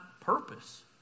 purpose